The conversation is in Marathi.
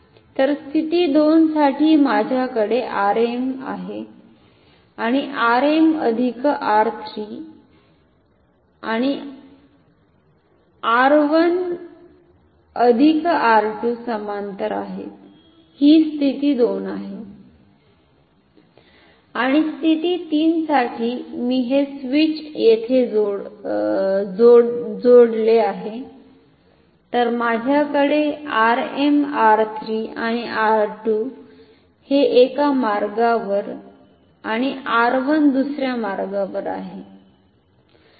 तर स्थिती 2 साठी माझ्याकडे R m आहे आणि R m R 3 आणि R 1 R 2 समांतर आहेत ही स्थिती 2 आहे आणि स्थिती 3 साठी मी हे स्विच येथे जोडले आहे तर माझ्याकडे R m R 3 आणि R2 हे एका मार्गावर आणि R 1 दुसर्या मार्गावर आहे